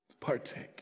partake